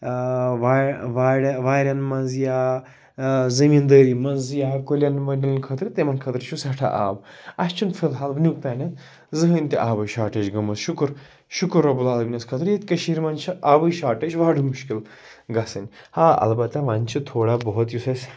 ٲں وا وارِ واریٚن منٛز یا ٲں زٔمیٖندٲری منٛز یا کُلیٚن وُلیٚن خٲطرٕ تِمَن خٲطرٕ چھُ سٮ۪ٹھاہ آب اسہِ چھُنہٕ فی الحال وُنیٛک تانۍ زٕہٲنۍ تہِ آبٕچ شارٹیج گٔمٕژ شکر شکر رَبُ العالمینَس خٲطرٕ ییٚتہِ کٔشیٖر منٛز چھِ آبٕچ شارٹیج بڑٕ مشکل گَژھٕنۍ آ البتہ وۄنۍ چھُ تھوڑا بہت یُس اسہِ